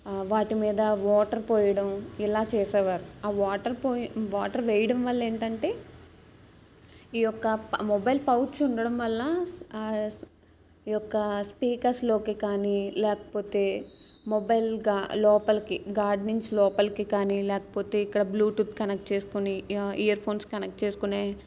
వాటి మీద వాటర్ పోయడం ఇలా చేసేవారు ఆ వాటర్ పోయి వాటర్ వేయడం వల్ల ఏంటంటే ఈ యొక్క పౌ మొబైల్ పౌచ్ ఉండడం వల్ల ఈ యొక్క స్పీకర్స్లోకి కానీ లేకపోతే మొబైల్గా లోపలికి గాడ్ నుంచి లోపలికి కానీ లేకపోతే ఇక్కడ బ్లూటూత్ కనెక్ట్ చేసుకుని ఇయర్ ఫోన్స్ కనెక్ట్ చేసుకునే